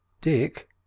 Dick